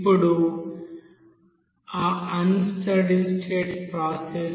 ఇప్పుడు ఆ unsteady state process